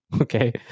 Okay